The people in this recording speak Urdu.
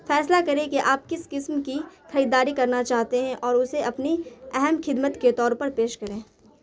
فیصلہ کریں کہ آپ کس قسم کی خریداری کرنا چاہتے ہیں اور اسے اپنی اہم خدمت کے طور پر پیش کریں